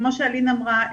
כמו שאלין אמרה,